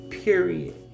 Period